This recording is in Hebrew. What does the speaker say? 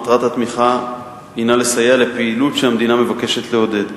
מטרת התמיכה הינה לסייע לפעילות שהמדינה מבקשת לעודד.